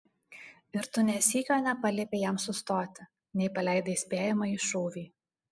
ir tu nė sykio nepaliepei jam sustoti nei paleidai įspėjamąjį šūvį